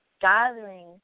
gathering